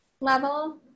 level